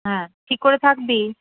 হ্যাঁ ঠিক করে থাকবি